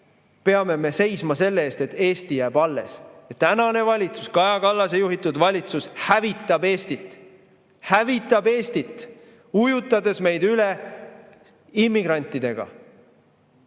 me peame seisma selle eest, et Eesti jääb alles. Tänane valitsus, Kaja Kallase juhitud valitsus hävitab Eestit. Hävitab Eestit, ujutades meid üle immigrantidega.